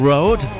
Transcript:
Road